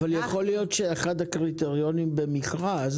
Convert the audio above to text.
יכול להיות שאחד הקריטריונים במכרז